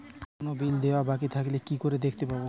কোনো বিল দেওয়া বাকী থাকলে কি করে দেখতে পাবো?